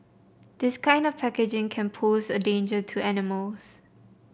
this kind of packaging can pose a danger to animals